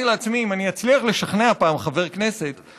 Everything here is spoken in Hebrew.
אמרתי לעצמי: אם אני אצליח לשכנע פעם חבר כנסת,